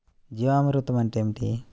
జీవామృతం అంటే ఏమిటి?